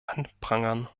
anprangern